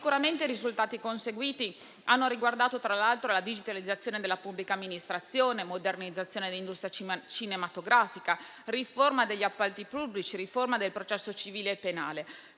Sicuramente i risultati conseguiti hanno riguardato, tra l'altro, la digitalizzazione della pubblica amministrazione, la modernizzazione dell'industria cinematografica e le riforme degli appalti pubblici e del processo civile e penale.